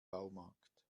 baumarkt